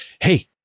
hey